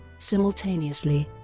simultaneously,